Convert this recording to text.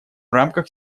рамках